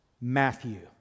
Matthew